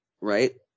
right